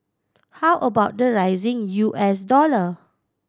how about the rising U S dollar